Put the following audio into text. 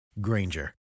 Granger